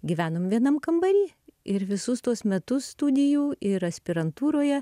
gyvenom vienam kambary ir visus tuos metus studijų ir aspirantūroje